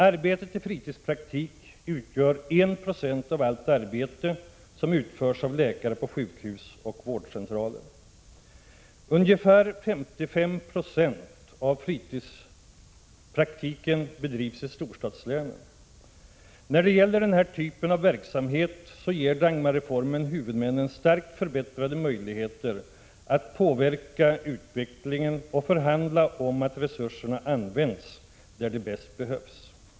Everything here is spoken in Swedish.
Arbetet i fritidspraktik utgör 1 96 av allt arbete som utförs av läkare på sjukhus och vårdcentraler. Ungefär 55 96 av fritidspraktiken bedrivs i storstadslänen. När det gäller den här typen av verksamhet ger Dagmarreformen huvudmännen starkt förbättrade möjligheter att påverka utvecklingen och förhandla om att resurserna används där de bäst behövs.